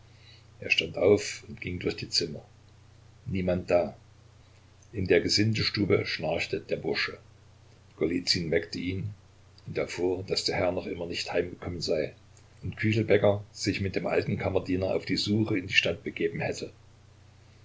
er stand auf und ging durch die zimmer niemand da in der gesindestube schnarchte der bursche golizyn weckte ihn und erfuhr daß der herr noch immer nicht heimgekommen sei und küchelbäcker sich mit dem alten kammerdiener auf die suche in die stadt begeben hätte